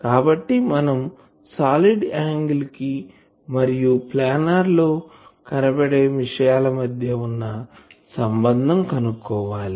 కాబట్టి మనం solid angle కు మరియు ప్లానార్ లో కనపడే విషయాల మధ్య ఉన్న సంబంధం కనుక్కోవాలి